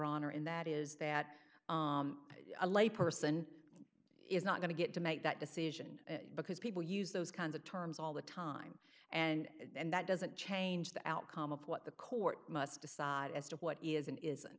honor in that is that a lay person is not going to get to make that decision because people use those kinds of terms all the time and that doesn't change the outcome of what the court must decide as to what is and isn't